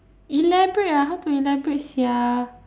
elaborate ah how to elaborate sia